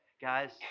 Guys